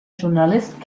journalist